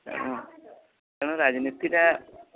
ତେଣୁ ତେଣୁ ରାଜନୀତିଟା